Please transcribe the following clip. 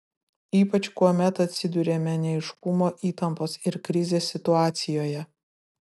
ypač kuomet atsiduriame neaiškumo įtampos ir krizės situacijoje